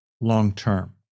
long-term